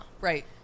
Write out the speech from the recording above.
Right